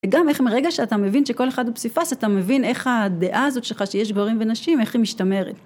גם איך מרגע שאתה מבין שכל אחד הוא פסיפס, אתה מבין איך הדעה הזאת שלך שיש גברים ונשים, איך היא משתמרת.